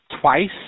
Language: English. twice